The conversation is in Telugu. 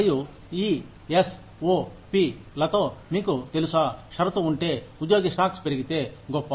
మరియు ఈ ఎస్ ఓ పి లతో మీకు తెలుసా షరతు ఉంటే ఉద్యోగి స్టాక్స్ పెరిగితే గొప్ప